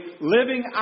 living